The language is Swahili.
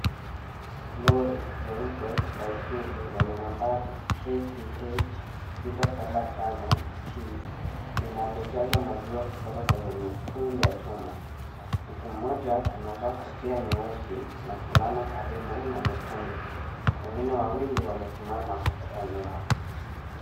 Lori jeupe la Isuzu lenye nambari KCH 675T linalojaza maziwa kutoka kwenye mitungi ya chuma. Mtu mmoja anavaa kofia nyeusi na fulana karibu na mitungi. Wengine wawili wamesimama kutoka nyuma.